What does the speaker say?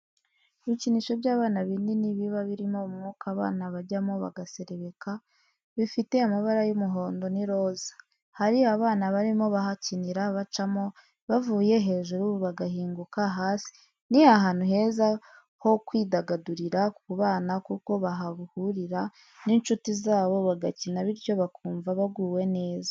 Ibikinisho by'abana binini biba birimo umwuka abana bajyamo bagaserebeka, bifite amabara y'umuhondo n'iroza hari abana barimo bahakinira bacamo bavuye hejuru bagahinguka hasi ni ahantu heza ho kwidagadurira ku bana kuko bahahurira n'inshuti zabo bagakina bityo bakumva baguwe neza.